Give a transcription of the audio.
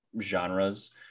genres